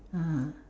(uh huh)